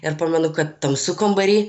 ir pamenu kad tamsu kambary